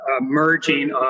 merging